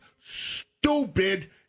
stupid